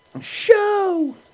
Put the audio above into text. Show